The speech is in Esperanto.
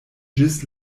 ĝis